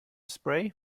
spray